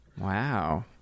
Wow